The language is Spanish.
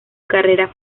carrera